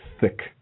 thick